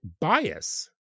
bias